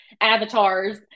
avatars